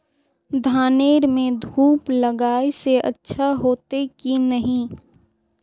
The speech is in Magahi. धानेर में धूप लगाए से अच्छा होते की नहीं?